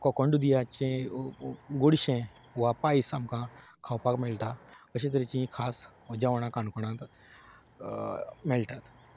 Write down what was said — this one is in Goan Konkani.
कोंकण दुदयाचें गोडशें वा पायस आमकां खावपाक मेळटा अशें तरेचीं ही खास जेवणा काणकोणांत मेळटात